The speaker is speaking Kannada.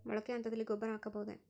ಮೊಳಕೆ ಹಂತದಲ್ಲಿ ಗೊಬ್ಬರ ಹಾಕಬಹುದೇ?